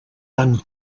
tan